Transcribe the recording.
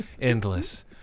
endless